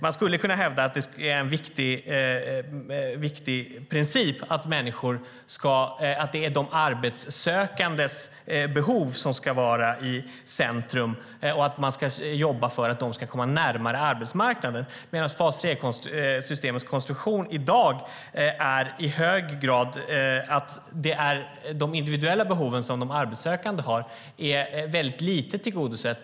Man skulle kunna hävda att det är en viktig princip att det är de arbetssökandes behov som ska vara i centrum och att man ska jobba för att de ska komma närmare arbetsmarknaden, medan fas 3-systemets konstruktion i dag tillgodoser de arbetssökandes individuella behov väldigt lite.